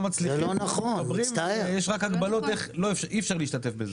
יש רק הגבלות איך אי אפשר להשתתף בזה.